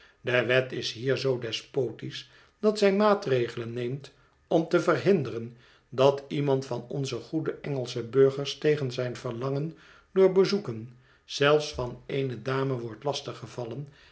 de wet is hier zoo despotisch dat zij maatregelen neemt om te verhinderen dat iemand van onze goede engelsche burgers tegen zijn verlangen door bezoeken zelfs van eene dame wordt